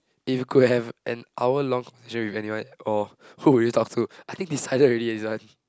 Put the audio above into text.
if you could have an hour long journey with anyone or who will you talk to I think decided already this one